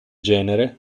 genere